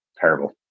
terrible